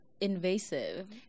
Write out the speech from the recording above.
invasive